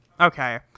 Okay